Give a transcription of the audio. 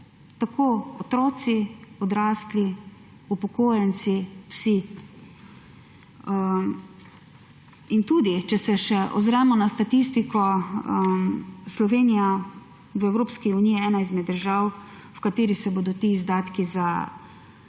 – otroci, odrasli, upokojenci, vsi. In tudi če se še ozremo na statistiko, Slovenija je v Evropski uniji ena izmed držav, v kateri se bodo ti izdatki zaradi